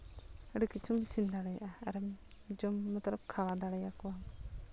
ᱟᱹᱰᱤ ᱠᱤᱪᱷᱩᱢ ᱤᱥᱤᱱ ᱫᱟᱲᱮᱭᱟᱜᱼᱟ ᱟᱨ ᱡᱚᱢ ᱢᱚᱛᱞᱚᱵ ᱠᱷᱟᱣᱟᱣ ᱫᱟᱲᱮᱭᱟ ᱠᱚᱣᱟᱢ